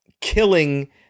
killing